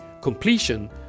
completion